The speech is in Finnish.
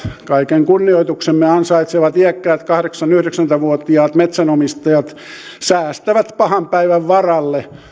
kaiken kunnioituksemme ansaitsevat iäkkäät kahdeksankymmentä viiva yhdeksänkymmentä vuotiaat metsänomistajat usein säästävät pahan päivän varalle